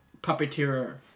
puppeteer